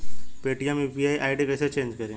Paytm UPI ID कैसे change करें?